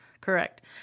Correct